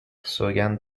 سوگند